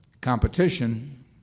competition